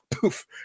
poof